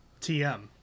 TM